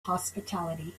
hospitality